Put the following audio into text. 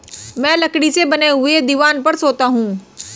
मैं लकड़ी से बने हुए दीवान पर सोता हूं